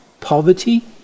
poverty